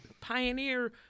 pioneer